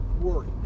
worry